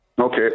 Okay